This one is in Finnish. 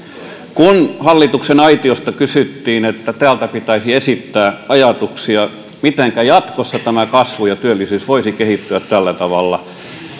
kun hallituksen aitiosta kysyttiin täältä pitäisi esittää ajatuksia mitenkä jatkossa kasvu ja työllisyys voisivat kehittyä tällä tavalla